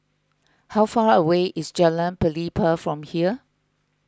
how far away is Jalan Pelepah from here